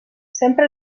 sempre